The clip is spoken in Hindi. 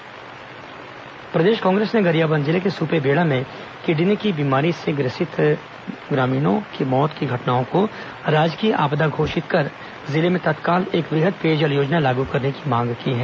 कांग्रेस जकांछ सुपेबेड़ा मामला प्रदेश कांग्रेस ने गरियाबंद जिले के सुपेबेड़ा में किडनी की बीमारी से ग्रामीणों की मौत की घटनाओं को राजकीय आपदा घोषित कर जिले में तत्काल एक वृहद पेयजल योजना लागू करने की मांग की है